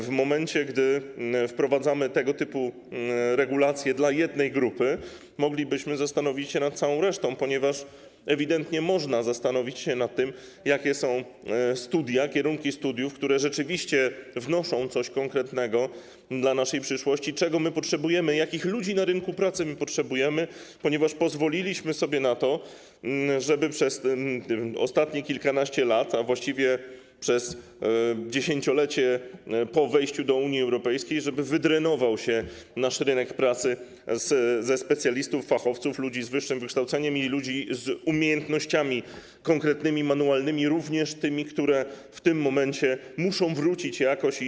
W momencie gdy wprowadzamy tego typu regulacje dla jednej grupy, moglibyśmy zastanowić się nad całą resztą, ponieważ ewidentnie można by zastanowić się nad tym, jakie są kierunki studiów, które rzeczywiście wnoszą coś konkretnego z punktu widzenia naszej przyszłości, i czego potrzebujemy, jakich ludzi na rynku pracy potrzebujemy, ponieważ pozwoliliśmy sobie na to, żeby przez ostatnich kilkanaście lat, a właściwie przez 10-lecie od daty wejścia do Unii Europejskiej, wydrenował się nasz rynek pracy ze specjalistów, fachowców, ludzi z wyższym wykształceniem i ludzi z konkretnymi umiejętnościami manualnymi, również tymi, które w tym momencie muszą jakoś wrócić.